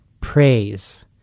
praise